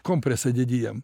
kompresą dedi jam